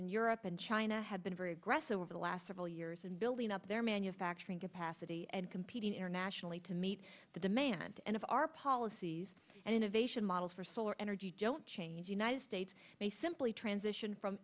in europe and china have been very aggressive over the last several years and building up their manufacturing capacity and competing internationally to meet the demand and of our policies and they should model for solar energy don't change united states may simply transition from